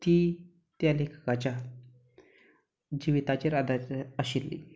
ती त्या लेखकाच्या जिविताचेर आदारीत आशिल्ली